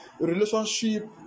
relationship